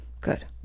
good